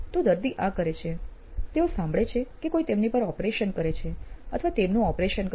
તો દર્દી આ કરે છે તેઓ સાંભળે છે કે કોઈ તેમની પર ઓપરેશન કરે છે અથવા તેમનું ઓપરેશન કરે છે